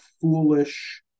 foolish